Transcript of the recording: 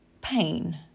pain